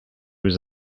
was